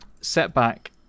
setback